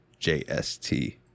JST